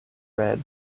red